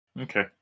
Okay